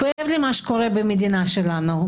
כואב לי מה שקורה במדינה שלנו.